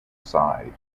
side